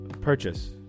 Purchase